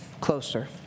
closer